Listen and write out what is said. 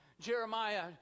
Jeremiah